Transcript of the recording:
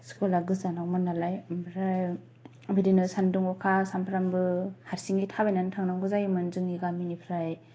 स्कुला गोजानावमोन नालाय आमफ्राइ बिदिनो सानदुं अखा सामफ्रामबो हारसिङै थाबायनानै थांनांगौ जायोमोन जोंनि गामिनिफ्राइ